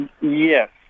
Yes